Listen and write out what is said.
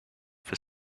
for